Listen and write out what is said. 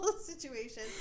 situation